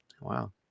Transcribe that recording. Wow